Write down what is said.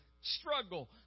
struggle